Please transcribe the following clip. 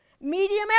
Medium